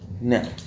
No